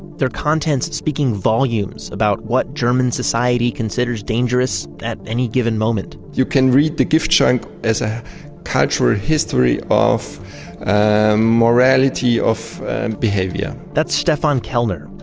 their contents speaking volumes about what german society considers dangerous at any given moment you can read the giftschrank as a cultural history of morality of behavior that's stephen um kellner,